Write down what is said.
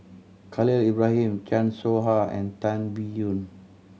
Khalil Ibrahim Chan Soh Ha and Tan Biyun